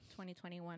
2021